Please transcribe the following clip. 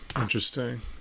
Interesting